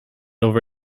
over